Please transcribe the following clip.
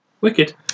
Wicked